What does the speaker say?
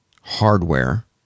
hardware